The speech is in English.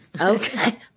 Okay